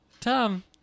Tom